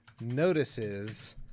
notices